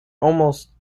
almost